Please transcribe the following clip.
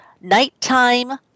Nighttime